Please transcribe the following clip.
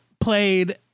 played